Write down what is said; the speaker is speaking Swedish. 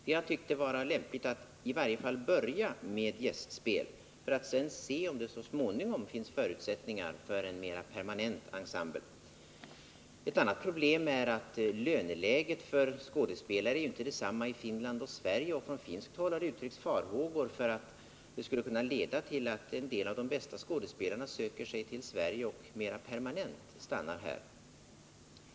Vi har tyckt det vara lämpligt att i varje fall börja med gästspel för att sedan se om det så småningom kommer att finnas förutsättningar för en mera permanent ensemble. Ett annat problem är att löneläget för skådespelare ju inte är detsamma i Finland och Sverige. Från finskt håll har det uttryckts farhågor för att det skulle kunna leda till att en del av de bästa skådespelarna söker sig till Sverige och mera permanent stannar här.